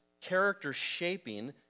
character-shaping